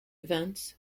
events